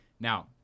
Now